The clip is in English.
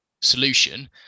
solution